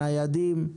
ניידים?